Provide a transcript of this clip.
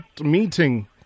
meeting